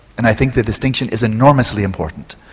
and i think the distinction is enormously important.